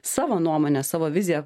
savo nuomonę savo viziją